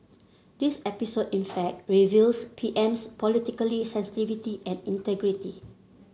this episode in fact reveals PM's politically sensitivity and integrity